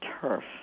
turf